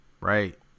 right